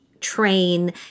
train